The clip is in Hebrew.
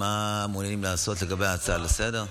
מה אמורים לעשות לגבי ההצעה לסדר-היום?